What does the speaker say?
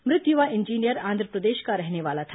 मुत युवा इंजीनियर आंध्रप्रदेश का रहने वाला था